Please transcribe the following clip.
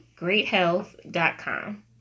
GreatHealth.com